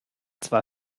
zwar